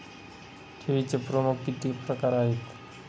ठेवीचे प्रमुख किती प्रकार आहेत?